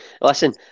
Listen